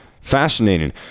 Fascinating